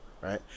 right